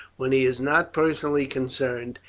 when he is not personally concerned,